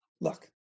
look